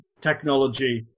technology